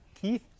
keith